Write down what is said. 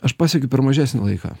aš pasiekiu per mažesnį laiką